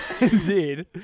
indeed